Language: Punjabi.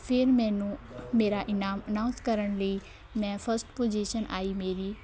ਫਿਰ ਮੈਨੂੰ ਮੇਰਾ ਇਨਾਮ ਅਨਾਊਂਸ ਕਰਨ ਲਈ ਮੈਂ ਫਸਟ ਪੁਜ਼ੀਸ਼ਨ ਆਈ ਮੇਰੀ